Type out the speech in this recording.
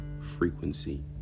frequency